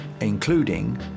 including